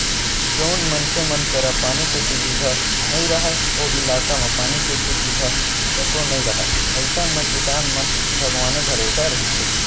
जउन मनखे मन करा पानी के सुबिधा नइ राहय ओ इलाका म पानी के सुबिधा तको नइ राहय अइसन म किसान मन भगवाने भरोसा रहिथे